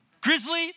grizzly